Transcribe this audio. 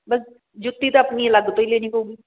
ਬਸ ਜੁੱਤੀ ਤਾਂ ਆਪਣੀ ਅਲੱਗ ਤੋਂ ਹੀ ਲੈਣੀ ਪਊਗੀ